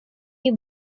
you